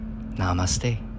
namaste